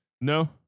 no